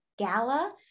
gala